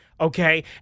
okay